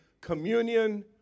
communion